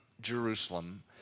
Jerusalem